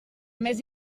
més